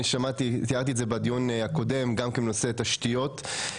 בנושא תשתיות.